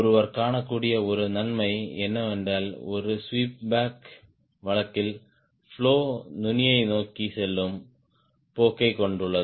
ஒருவர் காணக்கூடிய ஒரு நன்மை என்னவென்றால் ஒரு ஸ்வீப் பேக் வழக்கில் பிளோ நுனியை நோக்கிச் செல்லும் போக்கைக் கொண்டுள்ளது